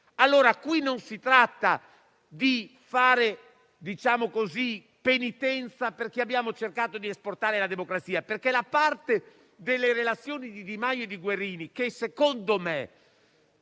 mondo. Qui non si tratta di fare penitenza perché abbiamo cercato di esportare la democrazia, perché la parte delle relazioni di Di Maio e di Guerini che - secondo me